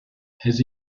has